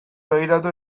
begiratu